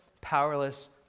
powerless